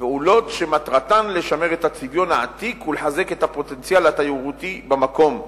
פעולות שמטרתן לשמר את הצביון העתיק ולחזק את הפוטנציאל התיירותי במקום.